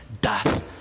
doth